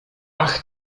ach